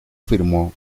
firmó